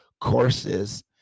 courses